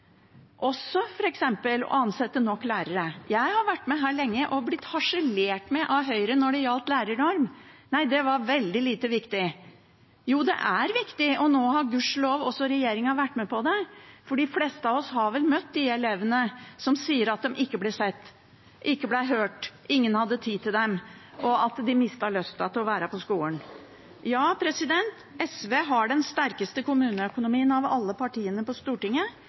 å ansette nok lærere. Jeg har vært med her lenge og blitt harselert med av Høyre når det gjelder lærernorm, at det er veldig lite viktig. Jo, det er viktig, og nå har gudskjelov også regjeringen blitt med på det. De fleste av oss har vel møtt de elevene som sier at de ikke ble sett, ikke ble hørt, at ingen hadde tid til dem, og at de mistet lysten til å være på skolen. Ja, SV har den sterkeste kommuneøkonomien av alle partiene på Stortinget.